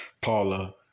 Paula